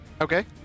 okay